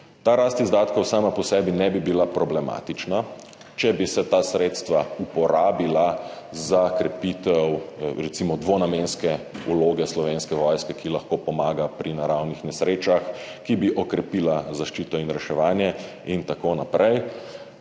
Ta rast izdatkov sama po sebi ne bi bila problematična, če bi se ta sredstva uporabila za krepitev recimo dvonamenske vloge Slovenske vojske, ki lahko pomaga pri naravnih nesrečah, ki bi okrepila zaščito in reševanje in tako naprej,